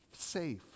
safe